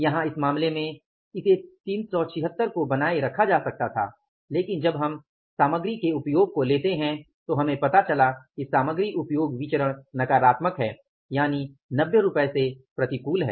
यहां इस मामले में इस 376 को बनाए रखा जा सकता था लेकिन जब हम सामग्री के उपयोग को लेते हैं तो हमें पता चला कि सामग्री उपयोग विचरण नकारात्मक है यानि 90 से प्रतिकूल है